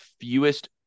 fewest